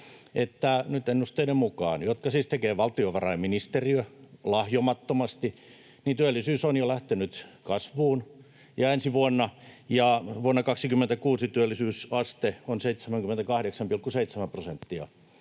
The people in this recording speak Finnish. nyt ennusteiden mukaan — jotka siis tekee valtiovarainministeriö lahjomattomasti — työllisyys on jo lähtenyt kasvuun ja ensi vuonna ja vuonna 26 työllisyysaste on 78,7 prosenttia.